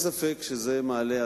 אין ספק שזה מעלה,